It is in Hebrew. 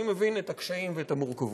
אני מבין את הקשיים ואת המורכבות.